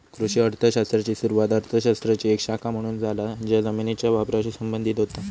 कृषी अर्थ शास्त्राची सुरुवात अर्थ शास्त्राची एक शाखा म्हणून झाला ज्या जमिनीच्यो वापराशी संबंधित होता